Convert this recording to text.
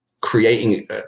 creating